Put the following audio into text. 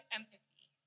empathy